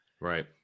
right